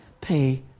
pay